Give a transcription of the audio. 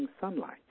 sunlight